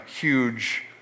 huge